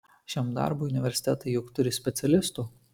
šiam darbui universitetai juk turi specialistų